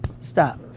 stop